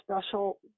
special